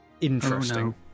Interesting